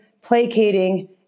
placating